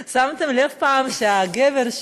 שמתם לב פעם שהגבר,